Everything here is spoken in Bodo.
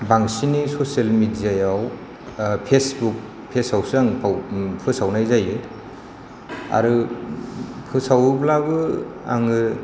बांसिनै ससियेल मिडियाआव फेसबुकआवसो आं फोसावनाय जायो आरो फोसावोब्लाबो आङो